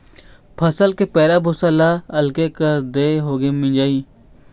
फसल के पैरा भूसा ल अलगे कर देए होगे मिंजई